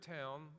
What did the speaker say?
town